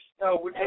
No